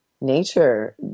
nature